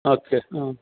okay ಹಾಂ